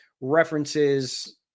references